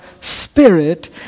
spirit